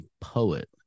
poet